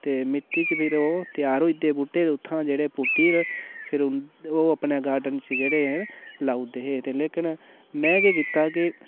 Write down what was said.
ते मिट्टी च फिर ओह् त्यार होई दे बूह्टे ते उत्थां पुट्टी'र फिर ओह् अपने गार्डन च जेह्ड़े हैन लाउदे हे लेकिन में केह् कीता की